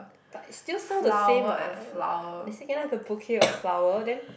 but it still sound the same [what] uh you say can I have the bouquet of flower then